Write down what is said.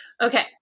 Okay